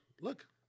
look